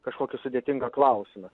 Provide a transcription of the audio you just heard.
kažkokį sudėtingą klausimą